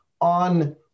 on